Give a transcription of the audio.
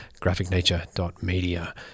graphicnature.media